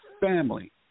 family